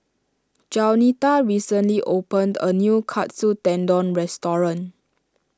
Jaunita recently opened a new Katsu Tendon restaurant